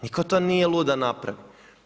Nitko to nije lud da napravi.